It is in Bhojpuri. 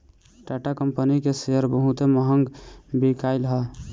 टाटा कंपनी के शेयर बहुते महंग बिकाईल हअ